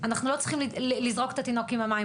אנחנו לא צריכים "לזרוק את התינוק עם המים",